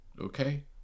Okay